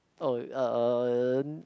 oh um